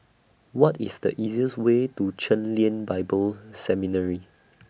What IS The easiest Way to Chen Lien Bible Seminary